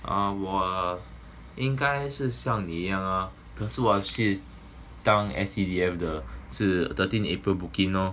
uh 我应该是像你一样 ah 可是我要去当 S_C_D_F 的是 thirteen april book in lor